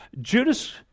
Judas